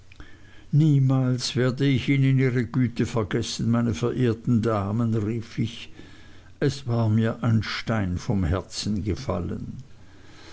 niemals werde ich ihnen ihre güte vergessen meine verehrten damen rief ich es war mir ein stein vom herzen gefallen